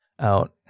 out